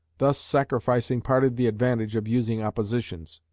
thus sacrificing part of the advantage of using oppositions.